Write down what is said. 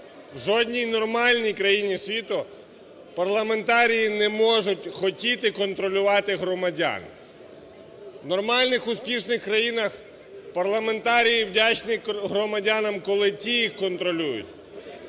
в жодній нормальній країні світу парламентарії не можуть хотіти контролювати громадян. В нормальних успішних країнах парламентарії вдячні громадянам, коли ті їх контролюють.